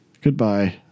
Goodbye